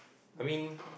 I mean